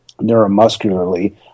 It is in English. neuromuscularly